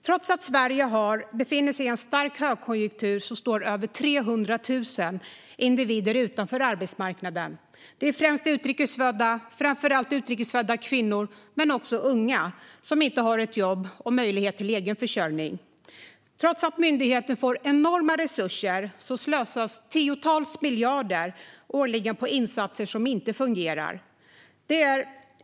Trots att Sverige befinner sig i en stark högkonjunktur står över 300 000 individer utanför arbetsmarknaden. Det är främst utrikes födda - framför allt utrikes födda kvinnor - men också unga som inte har ett jobb och möjlighet till egen försörjning. Trots att myndigheten får enorma resurser slösas tiotals miljarder årligen på insatser som inte fungerar.